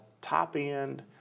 top-end